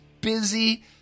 busy